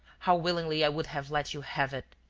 how willingly i would have let you have it!